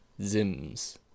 Zims